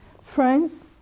Friends